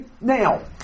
now